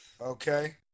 okay